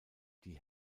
die